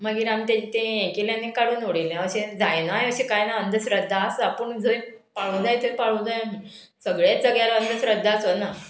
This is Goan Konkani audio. मागीर आमी तें हें केलें आनी काडून उडयलें अशें जायनाय अशें कांय ना अंदश्रद्धा आसा पूण जंय पाळूं जाय थंय पाळूं जाय आमी सगळेच जाग्यार अंदश्रद्धा आसना